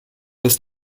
bis